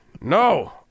no